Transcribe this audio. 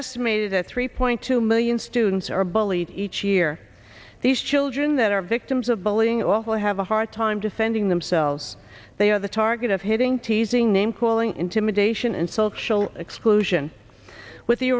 estimated that three point two million students are bullied each year these children that are victims of bullying often have a hard time defending themselves they are the target of hitting teasing name calling intimidation insults szell exclusion with the